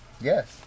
Yes